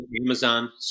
Amazon